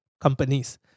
companies